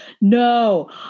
No